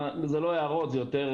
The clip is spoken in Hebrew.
זה לא הערות, זה יותר